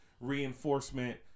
reinforcement